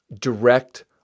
direct